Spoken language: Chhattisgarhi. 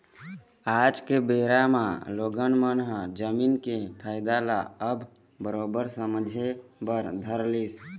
आज के बेरा म लोगन मन ह जमीन के फायदा ल अब बरोबर समझे बर धर लिस